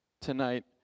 tonight